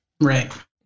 Right